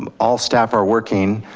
um all staff are working.